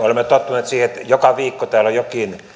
olemme tottuneet siihen että joka viikko täällä on jokin